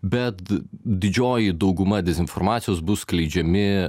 bet didžioji dauguma dezinformacijos bus skleidžiami